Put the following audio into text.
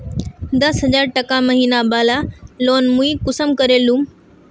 दस हजार टका महीना बला लोन मुई कुंसम करे लूम?